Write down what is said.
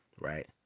Right